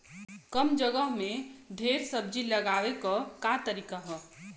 कम जगह में ढेर सब्जी उगावे क का तरीका ह?